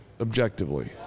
objectively